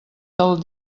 del